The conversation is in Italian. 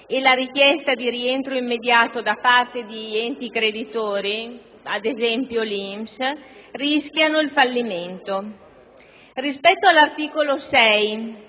e la richiesta di rientro immediato da parte di enti creditori (ad esempio l'INPS), rischiano il fallimento. La norma riportata all'articolo 6